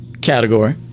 category